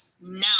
now